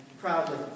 proudly